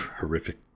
horrific